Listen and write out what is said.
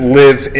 live